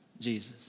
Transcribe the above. Jesus